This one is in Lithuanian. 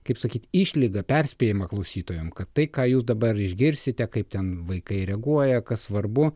kaip sakyti išlygą perspėjimą klausytojam kad tai ką jūs dabar išgirsite kaip ten vaikai reaguoja kas svarbu